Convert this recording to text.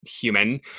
human